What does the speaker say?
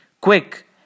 Quick